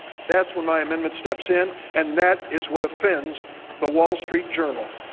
that's when my amendment steps in and that is what offends the wall street journal,